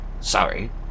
Sorry